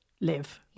live